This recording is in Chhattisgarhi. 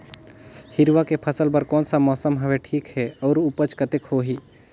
हिरवा के फसल बर कोन सा मौसम हवे ठीक हे अउर ऊपज कतेक होही?